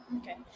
Okay